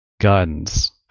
guns